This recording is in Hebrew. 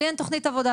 לי אין תוכנית עבודה,